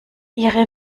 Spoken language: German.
ihre